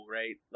right